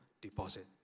deposit